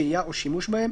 שהייה או שימוש בהם,